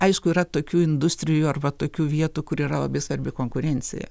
aišku yra tokių industrijų arba tokių vietų kur yra labai svarbi konkurencija